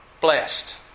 blessed